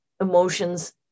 emotions